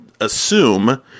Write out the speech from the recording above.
assume